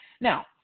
now